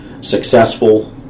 successful